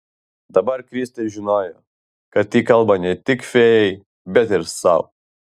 dabar kristė žinojo kad ji kalba ne tik fėjai bet ir sau